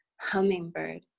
Hummingbird